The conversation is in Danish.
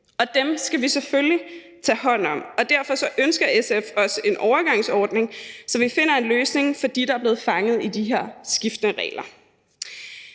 skal vi selvfølgelig tage hånd om. Derfor ønsker SF også en overgangsordning, så vi finder en løsning for dem, der er blevet fanget i de her skiftende regler.